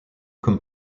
comme